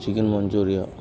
chicken manchuria